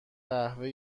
قهوه